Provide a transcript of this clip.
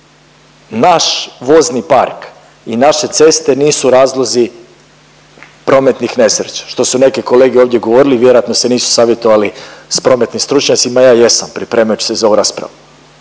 naš vozni park i naše ceste nisu razlozi prometnih nesreće, što su neke kolege ovdje govorili, vjerojatno se nisu savjetovali s prometnim stručnjacima, ja jesam pripremajući se za ovu raspravu.